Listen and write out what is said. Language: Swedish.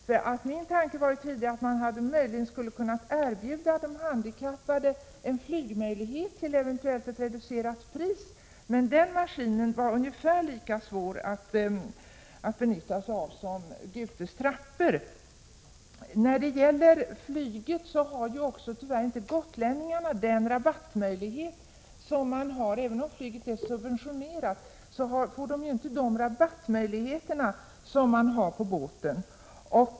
Min tanke var tidigare att man möjligen skulle kunna erbjuda de handikappade en flygmöjlighet eventuellt till rabatterat pris, men den maskinen var ungefär lika svår att använda sig av som M/S Gute med sina trappor. Även om flyget är subventionerat har gotlänningarna tyvärr inte den rabattmöjlighet på flyget som de har på båten.